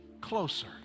closer